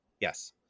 Yes